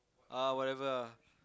uh whatever ah